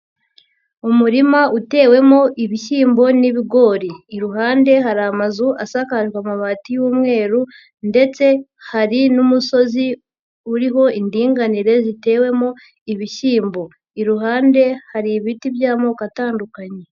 Umurima utewemo ibishyimbo n'ibigori, iruhande hari amazu asakajwe amabati y'umweru ndetse hari n'umusozi uriho indinganire zitewemo ibishyimbo, iruhande hari ibiti by'amoko atandukanye.